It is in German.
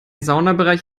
saunabereich